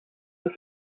this